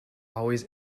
always